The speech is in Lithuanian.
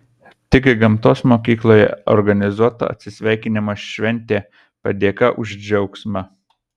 tik gamtos mokykloje organizuota atsisveikinimo šventė padėka už džiaugsmą